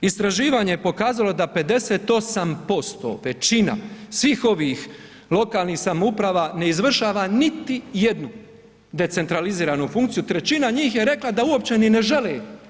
Istraživanje je pokazalo da 58% većina svih ovih lokalnih samouprava ne izvršava niti jednu decentraliziranu funkciju, trećina njih je rekla da uopće ni ne žele.